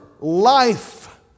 life